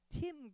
Tim